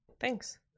thanks